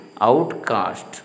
outcast